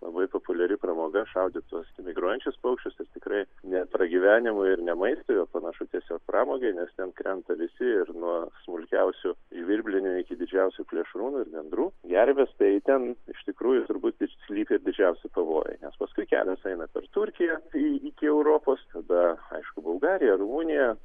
labai populiari pramoga šaudyt tuos migruojančius paukščius ir tikrai ne pragyvenimui ir ne maistui o panašu tiesiog pramogai nes ten krenta visi ir nuo smulkiausių žvirblinių iki didžiausių plėšrūnų ir gandrų gervės tai ten iš tikrųjų turbūt slypi ir didžiausi pavojai nes paskui kelias eina per turkiją iki europos tada aišku bulgarija rumunija